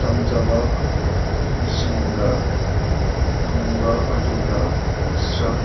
ꯉꯝꯖꯕ ꯃꯤꯁꯤꯡꯒ ꯄꯨꯟꯕ ꯑꯗꯨꯒ ꯑꯦꯛꯁꯇ꯭ꯔꯥ